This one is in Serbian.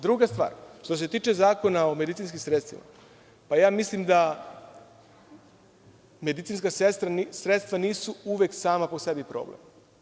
Druga stvar, što se tiče Zakona o medicinskim sredstvima, mislim da medicinska sredstva nisu uvek sama po sebi problem.